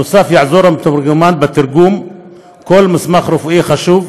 נוסף על כך יעזור המתורגמן בתרגום כל מסמך רפואי חשוב,